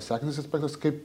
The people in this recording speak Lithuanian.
sekantis aspektas kaip